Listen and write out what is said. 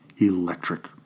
Electric